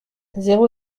zéro